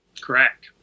Correct